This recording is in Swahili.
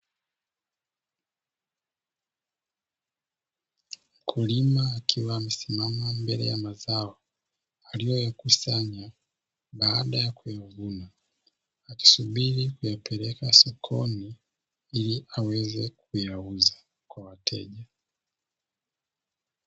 Mkulima akiwa amesimama mbele ya mazao; aliyoyakusanya baada ya kuvuna, akisubiri kuyapeleka sokoni ili aweze kuyauza kwa wateja.